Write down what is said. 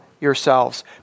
yourselves